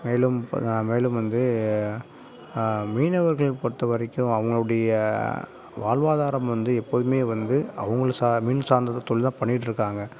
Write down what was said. மேலும் மேலும் வந்து மீனவர்களை பொறுத்தவரைக்கும் அவர்களுடைய வாழ்வாதாரம் வந்து எப்போதுமே வந்து அவங்களை சார் மீன் சார்ந்தது தொழில்தான் பண்ணிகிட்ருக்காங்க